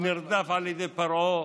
נרדף על ידי פרעה,